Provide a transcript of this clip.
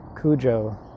Cujo